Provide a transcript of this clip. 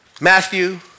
Matthew